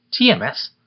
TMS